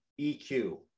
EQ